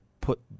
put